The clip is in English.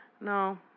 No